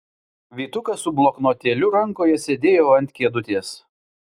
vytukas su bloknotėliu rankoje sėdėjo ant kėdutės